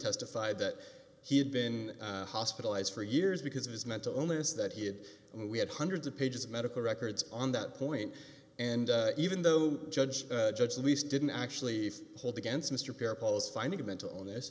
testified that he had been hospitalized for years because of his mental illness that he had and we had hundreds of pages of medical records on that point and even though judge judge at least didn't actually hold against mr parables finding a mental illness